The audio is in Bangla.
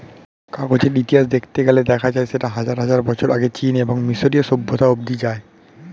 কাগজের ইতিহাস দেখতে গেলে দেখা যায় সেটা হাজার হাজার বছর আগে চীন এবং মিশরীয় সভ্যতা অবধি যায়